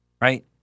right